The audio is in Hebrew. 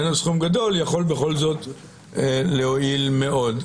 זה יכול להועיל מאוד.